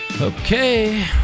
Okay